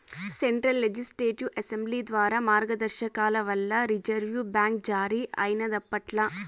central legislative assembly ద్వారా మార్గదర్శకాల వల్ల రిజర్వు బ్యాంక్ జారీ అయినాదప్పట్ల